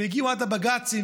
והגיעו עד בג"צים,